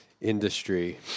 industry